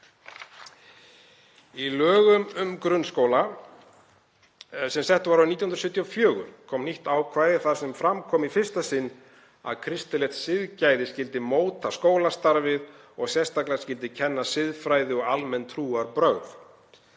Í lögum um grunnskóla sem sett voru árið 1974 kom nýtt ákvæði þar sem fram kom í fyrsta sinn að kristilegt siðgæði skyldi móta skólastarfið og að sérstaklega skyldi kenna siðfræði og almenn trúarbrögð.